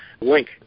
link